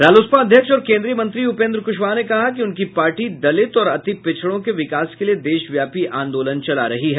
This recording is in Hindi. रालोसपा अध्यक्ष और केन्द्रीय मंत्री उपेन्द्र कुशवाहा ने कहा कि उनकी पार्टी दलित और अति पिछड़ो के विकास के लिए देशव्यापी आन्दोलन चला रही है